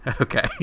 Okay